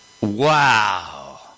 Wow